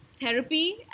therapy